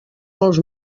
molts